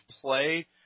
play